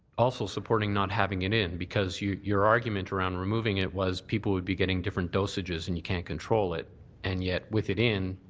also supporting not having it in because your argument around removing it was people would be getting different dosages and you can't control it and yet with it in,